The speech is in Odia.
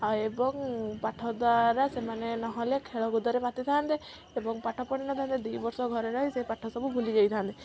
ଆଉ ଏବଂ ପାଠ ଦ୍ଵାରା ସେମାନେ ନହେଲେ ଖେଳ କୁଦାରେ ମାତିଥାନ୍ତେ ଏବଂ ପାଠ ପଢ଼ିନଥାନ୍ତେ ଦୁଇ ବର୍ଷ ଘରେ ରହି ସେ ପାଠ ସବୁ ଭୁଲି ଯାଇଥାନ୍ତେ